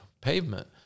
pavement